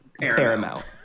Paramount